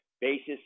basis